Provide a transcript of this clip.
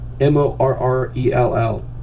M-O-R-R-E-L-L